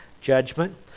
judgment